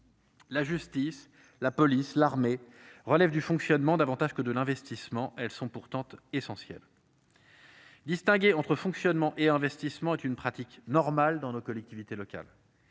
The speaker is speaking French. La justice, la police et l'armée relèvent du fonctionnement davantage que de l'investissement : elles sont pourtant essentielles. Distinguer entre fonctionnement et investissement est une pratique normale dans nos collectivités locales.